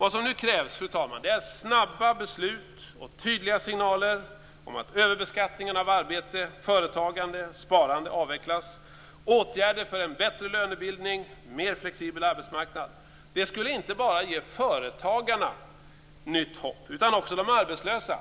Vad som nu krävs är snabba beslut och tydliga signaler om att överbeskattningen av arbete, företagande och sparande avvecklas. Det krävs också åtgärder för en bättre lönebildning och en mer flexibel arbetsmarknad. Det skulle inte bara ge företagarna nytt hopp, utan också de arbetslösa.